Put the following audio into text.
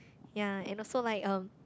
ya and also like um